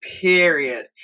period